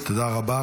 תודה רבה.